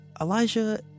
Elijah